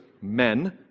men